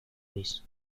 luis